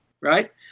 right